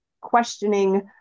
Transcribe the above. questioning